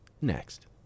next